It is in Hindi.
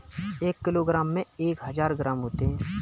एक किलोग्राम में एक हजार ग्राम होते हैं